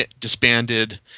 disbanded